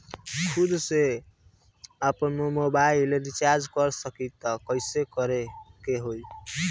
खुद से आपनमोबाइल रीचार्ज कर सकिले त कइसे करे के होई?